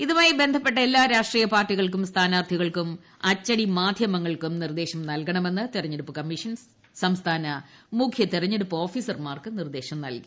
ഇതുമായി ബന്ധപ്പെട്ട് എല്ലാ രാഷ്ട്രീയപാർട്ടികൾക്കും സ്ഥാനാർത്ഥികൾക്കും അച്ചുടിമാധ്യമങ്ങൾക്കും നിർദ്ദേശങ്ങൾ നൽകണമെന്ന് തെരഞ്ഞെടുപ്പ് കമ്മീഷൻ സംസ്ഥിരുന്ന് മുഖ്യ തെരഞ്ഞെടുപ്പ് ഓഫീസർമാർക്ക് നിർദ്ദേശം നൽകി